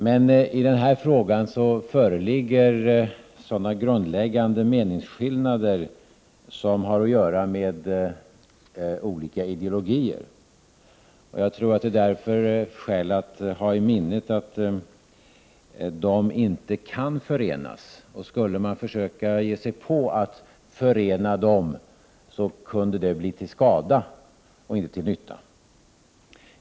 Men i den här frågan föreligger grundläggande meningsskillnader som har att göra med olika ideologier. Jag tror att det därför är skäl att ha i minnet att de inte kan förenas. Skulle man försöka ge sig på att förena dem, kunde det bli till skada och inte till nytta.